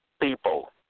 people